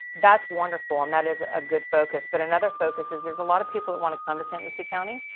that's wonderful. and that is a good focus. but another focus is there's a lot of people that want to come to st. lucie county,